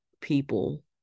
people